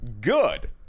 good